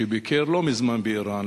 שביקר לא מזמן באירן,